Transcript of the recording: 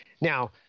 Now